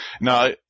Now